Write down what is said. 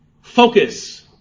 focus